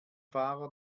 fahrer